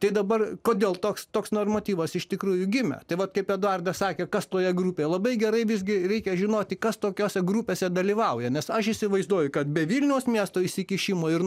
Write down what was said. tai dabar kodėl toks toks normatyvas iš tikrųjų gimė tai vat kaip eduardas sakė kas toje grupėje labai gerai visgi reikia žinoti kas tokiose grupėse dalyvauja nes aš įsivaizduoju kad be vilniaus miesto įsikišimo ir